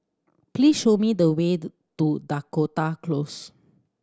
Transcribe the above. please show me the way to Dakota Close